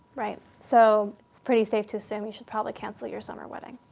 right. so it's pretty safe to assume you should probably cancel your summer wedding.